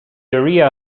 area